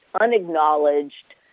unacknowledged